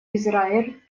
израиль